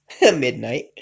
midnight